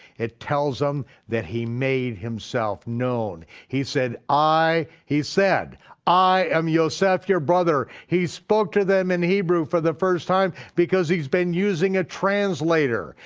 it tells them that he made himself known, he said, he said i am yoseph your brother, he spoke to them in hebrew for the first time because he's been using a translator.